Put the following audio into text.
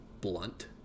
blunt